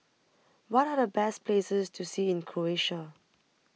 What Are The Best Places to See in Croatia